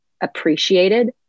appreciated